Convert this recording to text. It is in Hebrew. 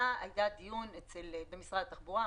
היה דיון במשרד התחבורה,